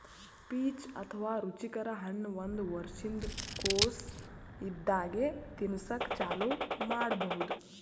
peach ಅಥವಾ ರುಚಿಕರ ಹಣ್ಣ್ ಒಂದ್ ವರ್ಷಿನ್ದ್ ಕೊಸ್ ಇದ್ದಾಗೆ ತಿನಸಕ್ಕ್ ಚಾಲೂ ಮಾಡಬಹುದ್